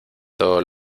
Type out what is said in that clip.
todos